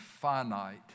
finite